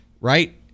right